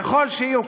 קשים ככל שיהיו,